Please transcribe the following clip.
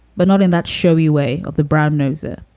but not in that showy way of the brownnoser.